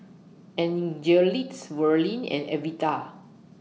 Angelic Verlin and Evita